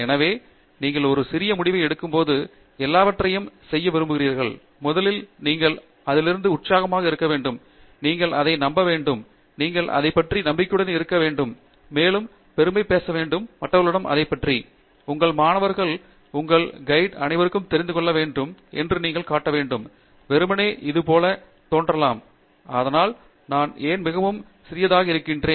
எனவே நீங்கள் ஒரு சிறிய முடிவை எடுக்கும்போது எல்லாவற்றையும் செய்ய விரும்புகிறீர்கள் முதலில் நீங்கள் அதிலிருந்து உற்சாகமாக இருக்க வேண்டும் நீங்கள் அதை நம்ப வேண்டும் நீங்கள் அதைப் பற்றி நம்பிக்கையுடன் இருக்க வேண்டும் மேலும் பெருமையாக பேச வேண்டும் மற்றவர்களிடம் அதைப் பற்றி உங்கள் மாணவர்கள் உங்கள் வழிகாட்டி அனைவருக்கும் தெரிந்துகொள்ள வேண்டும் என்று நீங்கள் காட்ட வேண்டும் வெறுமனே இது போல தோன்றலாம் அதனால் நான் ஏன் மிகவும் சிறியதாக இருக்கிறேன்